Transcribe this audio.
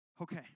Okay